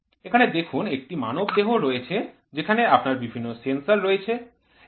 এখানে দেখুন একটি মানব দেহ রয়েছে যেখানে আপনার বিভিন্ন সেন্সর রয়েছে